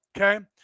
Okay